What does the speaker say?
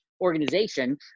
organization